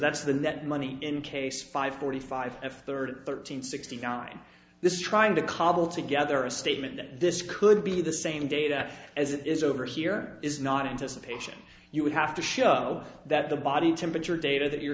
that's the net money in case five forty five a third thirteen sixty nine this is trying to cobble together a statement that this could be the same data as it is over here is not anticipated you would have to show that the body temperature data that you're